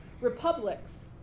Republics